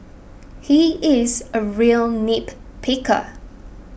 he is a real nitpicker